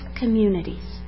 communities